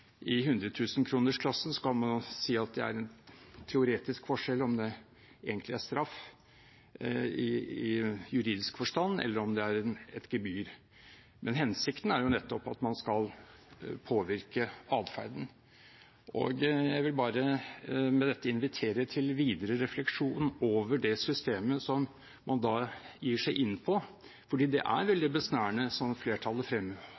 i hundretusenkronersklassen – så kan man jo si at det er en teoretisk forskjell om det egentlig er straff i juridisk forstand, eller om det er et gebyr – er hensikten nettopp at man skal påvirke adferden. Jeg vil bare med dette invitere til videre refleksjon over det systemet som man da gir seg inn på. For det er veldig besnærende, som flertallet